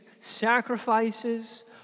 sacrifices